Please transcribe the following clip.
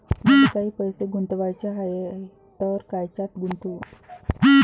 मले काही पैसे गुंतवाचे हाय तर कायच्यात गुंतवू?